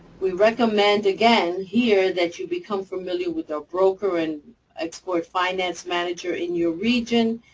we recommend, again, here, that you become familiar with a broker and export finance manager in your region,